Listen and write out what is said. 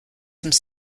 some